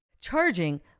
Charging